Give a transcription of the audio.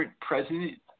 president